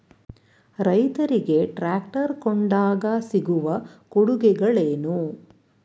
ರೈತರಿಗೆ ಟ್ರಾಕ್ಟರ್ ಕೊಂಡಾಗ ಸಿಗುವ ಕೊಡುಗೆಗಳೇನು?